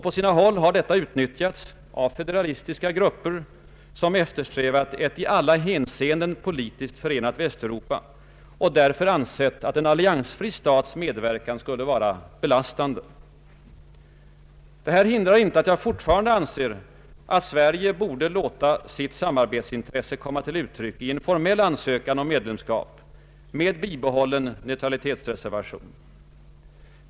På sina håll har detta utnyttjats av federalistiska grupper, som eftersträvat ett i alla hänseenden politiskt förenat Västeuropa och därför ansett en alliansfri stats medverkan vara belastande. Det hindrar inte att jag fortfarande anser att Sverige borde låta sitt samarbetsintresse komma till uttryck i en formell ansökan om medlemskap med bibehållen neutralitetsreservation.